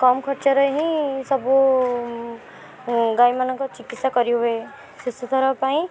କମ୍ ଖର୍ଚ୍ଚରେ ହିଁ ସବୁ ଗାଈମାନଙ୍କ ଚିକିତ୍ସା କରି ହୁଏ ଶେଷଥର ପାଇଁ